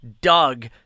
Doug